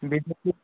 BJP